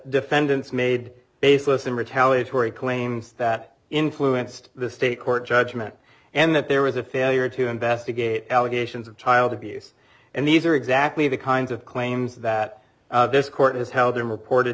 defendants made baseless and retaliatory claims that influenced the state court judgment and that there was a failure to investigate allegations of child abuse and these are exactly the kinds of claims that this court has held and reported